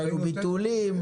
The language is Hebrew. ראינו ביטולים.